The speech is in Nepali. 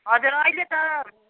हजुर अहिले त